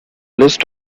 list